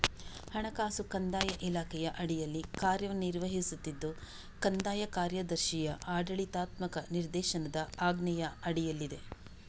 ಹಣಕಾಸು ಕಂದಾಯ ಇಲಾಖೆಯ ಅಡಿಯಲ್ಲಿ ಕಾರ್ಯ ನಿರ್ವಹಿಸುತ್ತಿದ್ದು ಕಂದಾಯ ಕಾರ್ಯದರ್ಶಿಯ ಆಡಳಿತಾತ್ಮಕ ನಿರ್ದೇಶನದ ಆಜ್ಞೆಯ ಅಡಿಯಲ್ಲಿದೆ